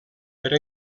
per